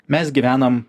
mes gyvenam